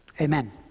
Amen